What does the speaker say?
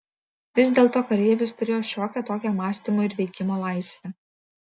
vis dėlto kareivis turėjo šiokią tokią mąstymo ir veikimo laisvę